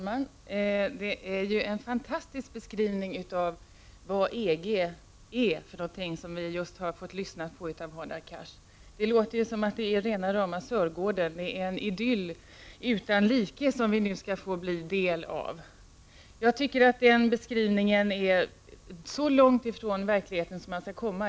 Herr talman! Det är en fantastisk beskrivning av vad EG är som vi just har fått lyssna till av Hadar Cars. Det låter som om det är rena rama Sörgården, en idyll utan like, som vi nu skall bli en del av. Den beskrivningen är så långt från verkligheten som man kan komma.